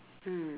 mm